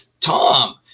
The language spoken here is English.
Tom